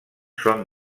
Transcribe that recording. són